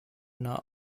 not